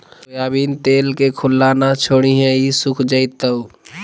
soybean तेल के खुल्ला न छोरीहें ई सुख जयताऊ